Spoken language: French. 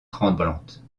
tremblante